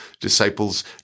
disciples